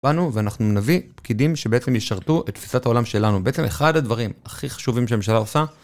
ואנחנו נביא פקידים שבעצם יישרתו את תפיסת העולם שלנו. בעצם אחד הדברים הכי חשובים שהממשלה עושה